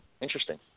Interesting